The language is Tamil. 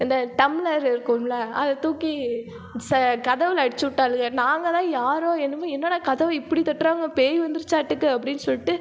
இந்த டம்ளர் இருக்குமில்ல அதைத் தூக்கி ச கதவில் அடித்துவுட்டாளுக நாங்கள் தான் யாரோ என்னமோ என்னடா கதவு இப்படித் தட்டுறாங்க பேய் வந்துருச்சாட்டிருக்கு அப்படினு சொல்லிட்டு